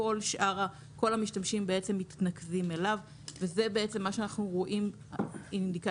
כול המשתמשים מתנקזים אליו וזה מה שאנחנו רואים בפועל,